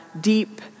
deep